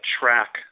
track